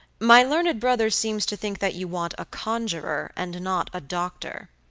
my learned brother seems to think that you want a conjuror, and not a doctor